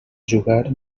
jugar